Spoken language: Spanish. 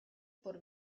por